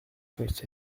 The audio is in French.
peut